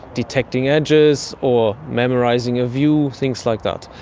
detecting edges or memorising a view, things like that.